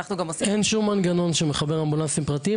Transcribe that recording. אין שום מנגנון שמחבר אמבולנסים פרטיים